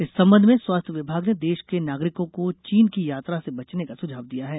इस संबंध में स्वास्थ्य विभाग ने देश के नागरिकों को चीन की यात्रा से बचने का सुझाव दिया है